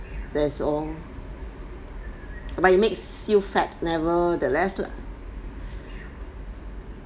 that's all but it makes you fat nevertheless lah